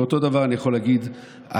ואותו דבר אני יכול להגיד על